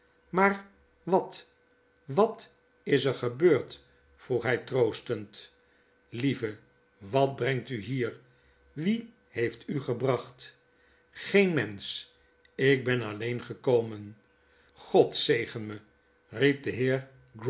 maar wat wat wat is er gebeurd p vroeg hg troostend lieve wat brengt u hier wie heeft u gebracht geen mensch ik ben alleen gekomen god zegen mel riep de